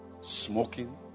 Smoking